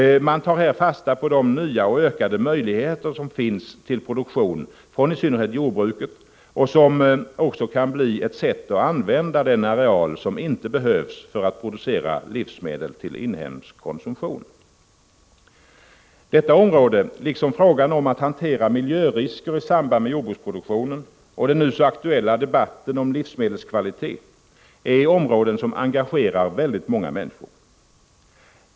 Man tar här fasta på de nya och ökade möjligheter som finns till produktion från i synnerhet jordbruket och som också kan leda till ett sätt att använda den areal som inte behövs för att producera livsmedel för inhemsk konsumtion. Detta område, liksom frågan om att hantera miljörisker i samband med jordbruksproduktionen och den nu så aktuella debatten om livsmedelskvalitet, är områden som engagerar väldigt många människor.